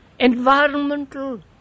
Environmental